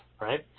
right